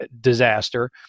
disaster